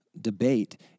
debate